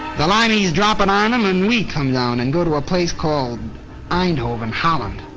the line he's dropping on em and we come down and go to a place called eindhoven, holland.